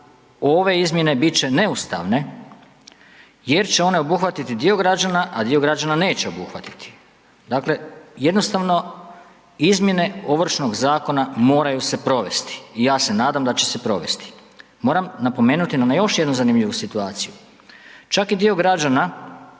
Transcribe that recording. ove izmjene bit će neustavne jer će one obuhvatiti dio građana, a dio građana neće obuhvatiti. Dakle, jednostavno izmjene Ovršnog zakona moraju se provesti i ja se nadam da će se provesti. Moram napomenuti na još jednu zanimljivu situaciju. Čak i dio građana